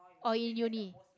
or in uni